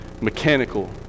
mechanical